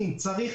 משרד הבריאות?